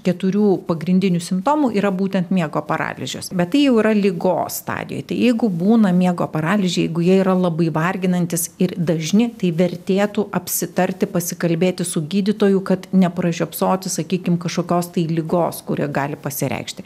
keturių pagrindinių simptomų yra būtent miego paralyžius bet tai jau yra ligos stadijoj tai jeigu būna miego paralyžiai jeigu jie yra labai varginantys ir dažni tai vertėtų apsitarti pasikalbėti su gydytoju kad nepražiopsoti sakykim kažkokios tai ligos kuri gali pasireikšti